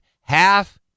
half